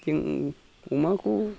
जों अमाखौ